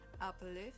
uplift